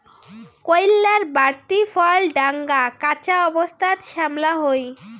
কইল্লার বাড়তি ফল ঢাঙা, কাঁচা অবস্থাত শ্যামলা হই